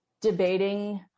debating